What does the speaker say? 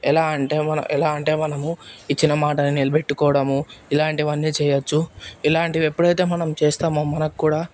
ఎలా అంటే మనం ఎలా అంటే మనము ఇచ్చిన మాట నిలబెట్టుకోవడం ఇలాంటివన్నీ చేయొచ్చు ఇలాంటివి ఎప్పుడైతే మనం చేస్తామో మనక్కూడా